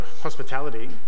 hospitality